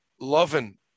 loving